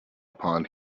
upon